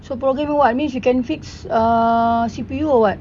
so program what so you can fix C_P_U or what